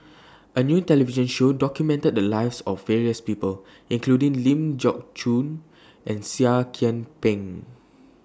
A New television Show documented The Lives of various People including Ling Geok Choon and Seah Kian Peng